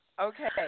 okay